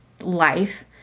life